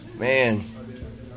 Man